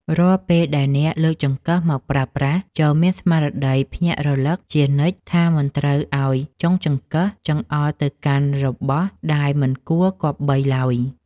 រាល់ពេលដែលអ្នកលើកចង្កឹះមកប្រើប្រាស់ចូរមានស្មារតីភ្ញាក់រលឹកជានិច្ចថាមិនត្រូវឱ្យចុងចង្កឹះចង្អុលទៅកាន់របស់ដែលមិនគួរគប្បីឡើយ។